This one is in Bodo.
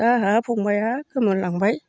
दा आहा फंबाइआ गोमालांबाय